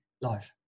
life